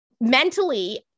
Mentally